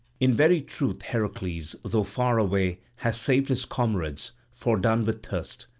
in very truth heracles, though far away, has saved his comrades, fordone with thirst.